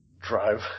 drive